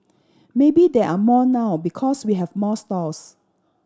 maybe there are more now because we have more stalls